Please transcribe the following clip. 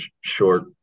short